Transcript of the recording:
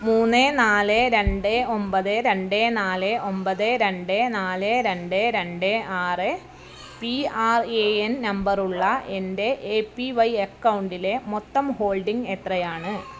മൂന്ന് നാല് രണ്ട് ഒമ്പത് രണ്ട് നാല് ഒമ്പത് രണ്ട് നാല് രണ്ട് രണ്ട് ആറ് പി ആർ എ എൻ നമ്പറുള്ള എൻ്റെ എ പി വൈ അക്കൗണ്ടിലെ മൊത്തം ഹോൾഡിംഗ് എത്രയാണ്